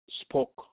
spoke